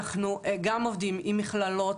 אנחנו גם עובדים עם מכללות,